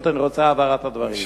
אני פשוט רוצה הבהרה של הדברים.